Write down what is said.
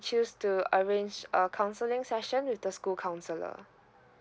choose to arrange a counseling session with the school counsellor